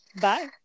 bye